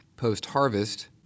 Post-harvest